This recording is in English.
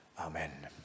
amen